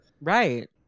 Right